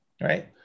right